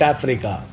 Africa